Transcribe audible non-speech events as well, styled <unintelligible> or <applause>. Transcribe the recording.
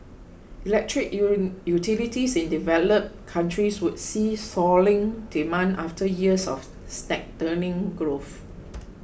electric <unintelligible> utilities in developed countries would see soaring demand after years of stagnating growth